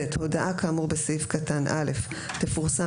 (ב) הודעה כאמור בסעיף קטן (א) תפורסם